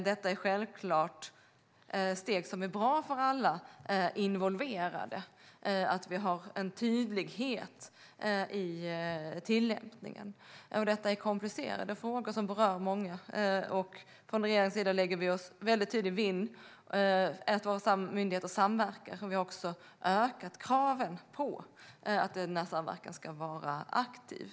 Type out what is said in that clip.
Det är självklart steg som är bra för alla involverade - att vi har en tydlighet i tillämpningen. Detta är komplicerade frågor som berör många. Från regeringens sida lägger vi oss tydligt vinn om att våra myndigheter samverkar, och vi har ökat kraven på att samverkan ska vara aktiv.